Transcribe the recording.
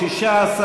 16,